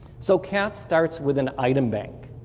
so cat starts with an item bank.